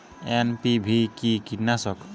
NPV কি কীটনাশক?